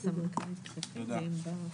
תודה.